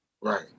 right